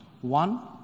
One